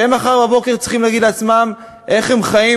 שמחר בבוקר הם צריכים להגיד לעצמם איך הם חיים,